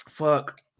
fuck